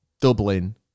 Dublin